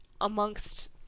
amongst